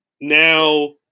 now